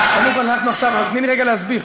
תני לי רגע להסביר.